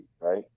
right